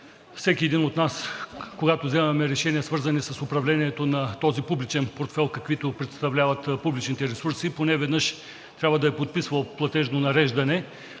всеки един от нас, когато вземаме решения, свързани с управлението на този публичен портфейл, каквито представляват публичните ресурси, поне веднъж трябва да е подписвал платежно нареждане,